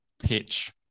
pitch